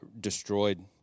destroyed